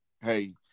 Hey